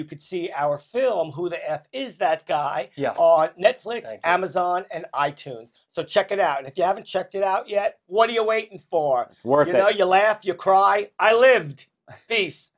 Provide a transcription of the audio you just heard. you could see our film who the f is that guy netflix amazon and i tunes so check it out if you haven't checked it out yet what are you waiting for work you know you'll laugh your cry i lived face